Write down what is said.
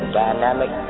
dynamic